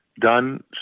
done